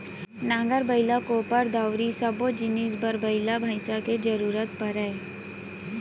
नांगर, बइला, कोपर, दउंरी सब्बो जिनिस बर बइला भईंसा के जरूरत परय